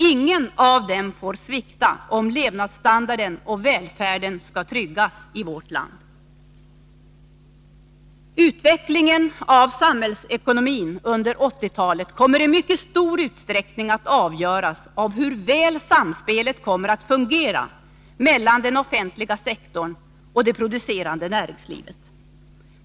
Inget av dessa områden får svikta om levnadsstandarden och välfärden skall tryggas i vårt land. Utvecklingen av samhällsekonomin under 1980-talet kommer i mycket stor utsträckning att avgöras av hur väl samspelet kommer att fungera mellan den offentliga sektorn och det producerande näringslivet.